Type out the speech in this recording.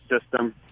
system